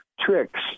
tricks